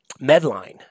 Medline